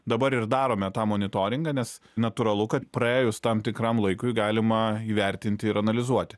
dabar ir darome tą monitoringą nes natūralu kad praėjus tam tikram laikui galima įvertinti ir analizuoti